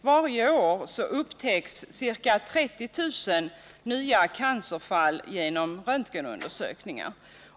Varje år upptäcks ca 30 000 nya cancerfall genom röntgenundersökningar.